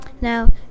Now